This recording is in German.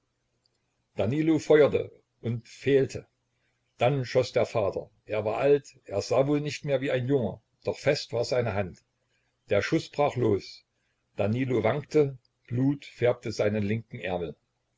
danilo feuerte und fehlte dann schoß der vater er war alt er sah wohl nicht mehr wie ein junger doch fest war seine hand der schuß brach los danilo wankte blut färbte seinen linken ärmel